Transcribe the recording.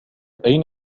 أين